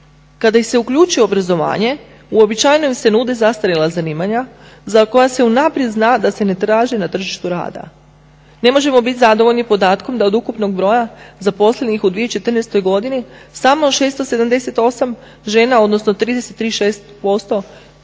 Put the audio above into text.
Kada ih se uključi u obrazovanje uobičajeno im se nude zastarjela zanimanja za koja se unaprijed zna da se ne traže na tržištu rada. Ne možemo bit zadovoljni podatkom da od ukupnog broja zaposlenih u 2014. godini samo 678 žena odnosno 36%